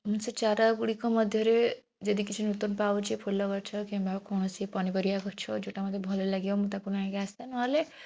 ମୁଁ ସେ ଚାରାଗୁଡ଼ିକ ମଧ୍ୟରେ ଯଦି କିଛି ନୂତନ ପାଉ ଅଛି ଫୁଲଗଛ କିମ୍ବା କୌଣସି ପନିପରିବା ଗଛ ଯେଉଁଟା ମୋତେ ଭଲଲାଗେ ଆଉ ମୁଁ ତାକୁ ନେଇକି ଆସେ ନହେଲେ